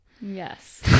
Yes